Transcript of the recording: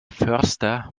förster